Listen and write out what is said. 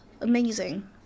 amazing